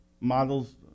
models